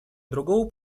другого